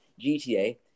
GTA